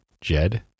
jed